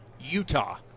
Utah